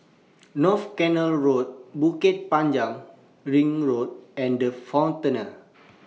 North Canal Road Bukit Panjang Ring Road and The Frontier